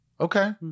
Okay